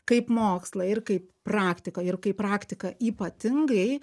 kaip mokslą ir kaip praktiką ir kaip praktiką ypatingai